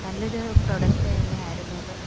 നല്ലൊരു പ്രോഡക്റ്റ് തന്നെ ആയിരുന്നു അത്